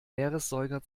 meeressäuger